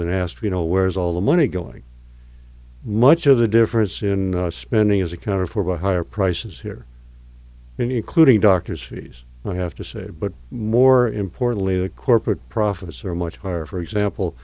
and asked you know where is all the money going much of the difference in spending is accounted for by higher prices here including doctor's fees i have to say but more importantly the corporate profits are much higher for example